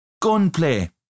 Gunplay